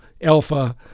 alpha